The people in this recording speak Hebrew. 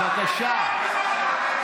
בבקשה.